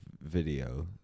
video